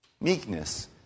meekness